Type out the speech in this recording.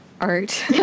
art